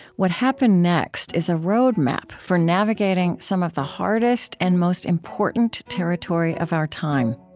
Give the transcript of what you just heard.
what happened next is a roadmap for navigating some of the hardest and most important territory of our time